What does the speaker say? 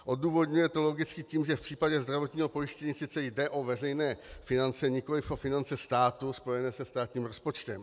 Odůvodňuje to logicky tím, že v případě zdravotního pojištění sice jde o veřejné finance, nikoliv o finance státu spojené se státním rozpočtem.